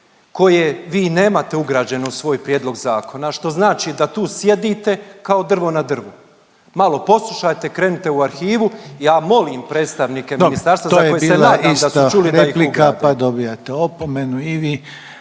koje vi nemate ugrađene u svoj prijedlog zakona što znači da tu sjedite kao drvo na drvu. Malo poslušajte krenite u arhivu. Ja molim predstavnike ministarstva …/Upadica Reiner: Dobro to je